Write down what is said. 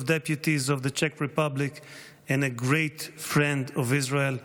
Deputies of the Czech Republic and a great friend of Israel,